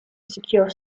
secure